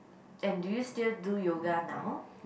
and do you still do yoga now